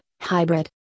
hybrid